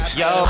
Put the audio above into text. yo